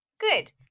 good